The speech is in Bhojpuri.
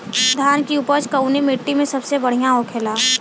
धान की उपज कवने मिट्टी में सबसे बढ़ियां होखेला?